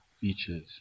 features